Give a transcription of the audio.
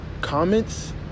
comments